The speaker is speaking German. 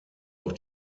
auch